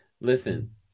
Listen